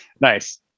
Nice